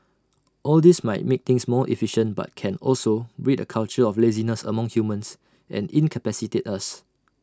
all this might make things more efficient but can also breed A culture of laziness among humans and incapacitate us